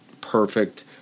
perfect